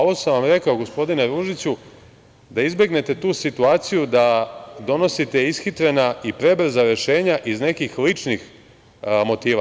Ovo sam vam rekao, gospodine Ružiću, da izbegnete tu situaciju da donosite ishitrena i prebrza rešenja iz nekih ličnih motiva.